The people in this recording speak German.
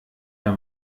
der